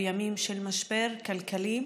בימים של משבר כלכלי,